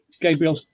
Gabriel